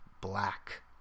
black